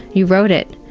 you wrote it.